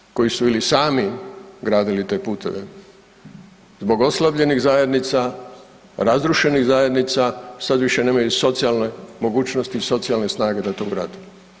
Ljudi koji su ili sami gradili te puteve zbog oslabljenih zajednica, razrušenih zajednica, sad više nemaju socijalne mogućnosti i socijalne snage da to vrate.